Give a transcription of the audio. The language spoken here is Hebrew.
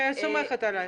בסדר, אני סומכת עלייך.